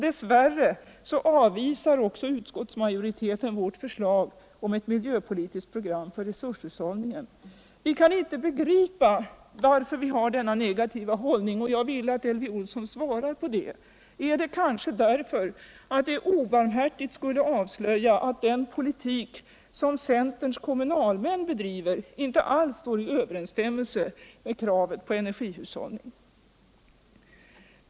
Dess värre avvisar också utskottsmajoriteten värt förslag till miljöpolitiskt program för resurshushållningen. Vi kan inte förstå denna negativa hållning. Jag vore tacksam om Elvy Olsson ville ge ett svar. Är det kanske därför att man obarmhärtigt skulle avslöja att den politik som centerns kommunalmän bedriver inte alls står i överensstämmelse med kravet på energihushållning?